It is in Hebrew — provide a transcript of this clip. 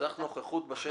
צריך נוכחות בשטח.